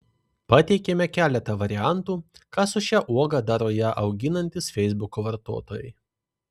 pateikiame keletą variantų ką su šia uoga daro ją auginantys feisbuko vartotojai